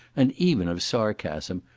and even of sarcasm,